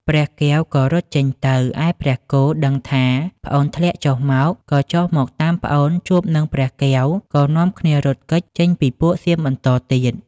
ព្រះកែវក៏រត់ចេញទៅ ឯព្រះគោដឹងថាប្អូនធ្លាក់ចុះមក ក៏ចុះមកតាមប្អូនជួបនឹងព្រះកែវក៏នាំគ្នារត់គេចចេញពីពួកសៀមបន្តទៀត។